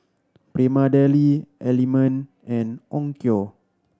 Prima Deli Element and Onkyo